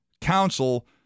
council